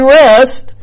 rest